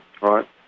Right